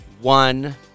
one